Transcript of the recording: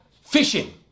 fishing